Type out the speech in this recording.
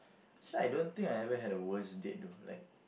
actually I don't think I ever had a worst date though like